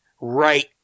right